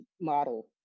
model